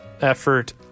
effort